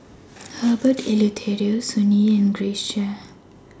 Herbert Eleuterio Sun Yee and Grace Chia